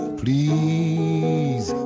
please